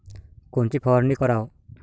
कोनची फवारणी कराव?